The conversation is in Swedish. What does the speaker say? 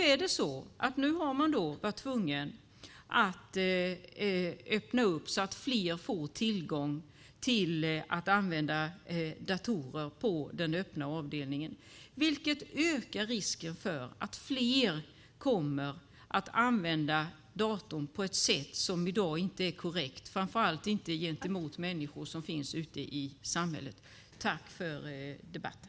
Men nu har man varit tvungen att öppna upp så att fler får tillgång till och kan använda datorer på den öppna avdelningen, vilket ökar risken för att fler kommer att använda datorn på ett sätt som inte är korrekt, framför allt inte gentemot människor som finns ute i samhället. Tack för debatten!